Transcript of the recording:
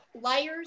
liars